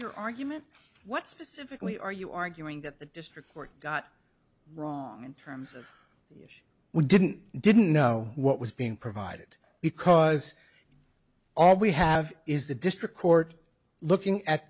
your argument what specifically are you arguing that the district court got wrong in terms of bush we didn't didn't know what was being provided because all we have is the district court looking at